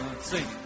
sing